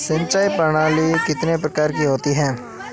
सिंचाई प्रणाली कितने प्रकार की होती है?